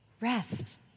Rest